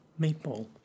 meatball